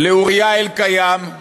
לאוריה אלקיים,